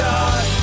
God